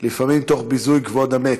לפעמים תוך ביזוי כבוד המת.